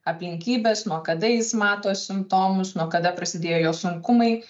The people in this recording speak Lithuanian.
aplinkybes nuo kada jis mato simptomus nuo kada prasidėjo jo sunkumai